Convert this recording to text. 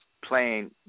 playing